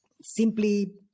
Simply